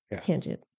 tangent